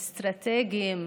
אסטרטגיים,